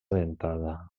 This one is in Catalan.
dentada